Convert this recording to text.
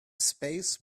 space